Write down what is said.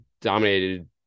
dominated